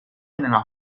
nella